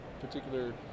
particular